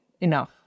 enough